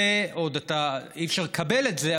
זה אי-אפשר לקבל את זה,